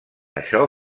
això